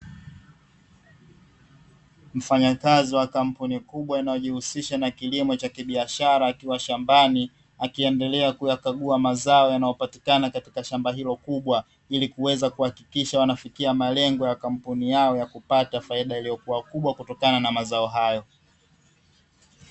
Mfanyakazi wa kampuni kubwa inayojihusisha na kilimo cha kibiashara akiwa shambani, akiendelea kuyakagua mazao yanayopatikana katika shamba hilo kubwa, ili kuweza kuhakikisha anafikia malengo ya kampuni yao ya kupata faida iliyokua kubwa kutokana na mazao hayo.